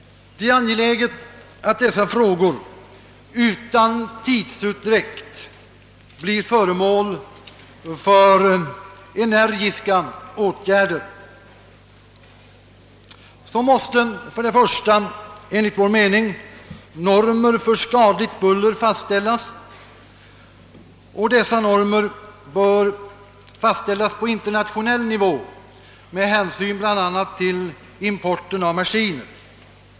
Det är angeläget att dessa frågor utan tidsutdräkt blir föremål för energiska åtgärder. För det första måste enligt vår mening normer för skadligt buller fastställas, vilket bör ske på internationell nivå med hänsyn bl.a. till importen av maskiner.